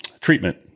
Treatment